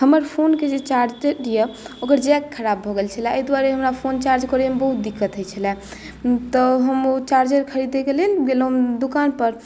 हमर फोनके जे चार्जर यए ओकर जैक खराब भऽ गेल छले एहि दुआरे हमरा फोन चार्ज करयमे हमरा बहुत दिक्कत होइत छले तऽ हम ओ चार्जर खरीदयके लेल गेलहुँ दोकानपर